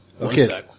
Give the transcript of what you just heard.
Okay